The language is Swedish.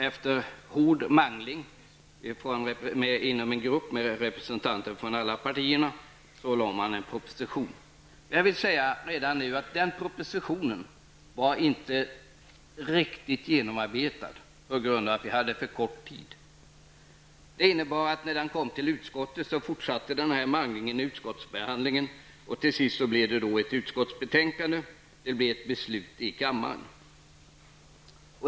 Efter hård mangling inom en grupp med representanter för alla riksdagspartier lade man fram en proposition. Jag vill säga redan nu att den propositionen inte var riktigt genomarbetad, på grund av att man hade haft för kort tid till förfogande. Manglingen fortsatte därför under utskottsbehandlingen. Till sist framlades ett utskottsbetänkande, och ett beslut fattades i kammaren.